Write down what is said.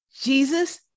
Jesus